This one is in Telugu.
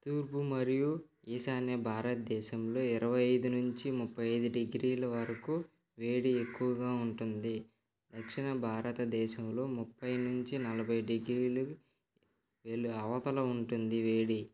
తూర్పు మరియు ఈశాన్య భారతదేశంలో ఇరవై ఐదు నుంచి ముప్పై ఐదు డిగ్రీల వరకు వేడి ఎక్కువగా ఉంటుంది దక్షిణ భారతదేశంలో ముప్పై నుంచి నలభై డిగ్రీలు వెలు అవతల ఉంటుంది వేడి